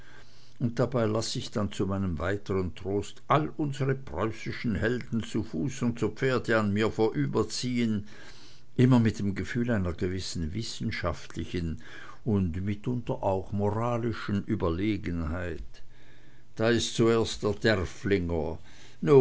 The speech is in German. und dabei laß ich dann zu meinem weitern trost all unsre preußischen helden zu fuß und zu pferde an mir vorüberziehen immer mit dem gefühl einer gewissen wissenschaftlichen und mitunter auch moralischen überlegenheit da ist zuerst der derfflinger